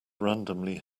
randomly